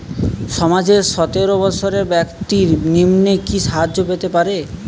সমাজের সতেরো বৎসরের ব্যাক্তির নিম্নে কি সাহায্য পেতে পারে?